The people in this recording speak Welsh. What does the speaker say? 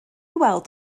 weld